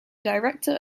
director